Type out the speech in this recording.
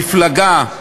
מפלגה,